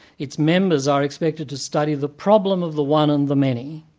its members are expected to study the problem of the one and the many.